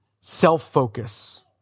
self-focus